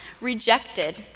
rejected